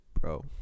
bro